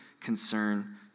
concern